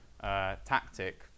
tactic